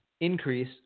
increase